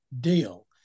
deal